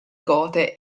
gote